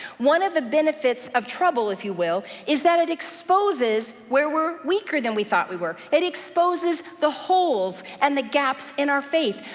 one of the benefits of trouble, if you will, is that it exposes where we're weaker than we thought we were. it exposes the holes, and the gaps in our faith.